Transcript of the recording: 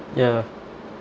ya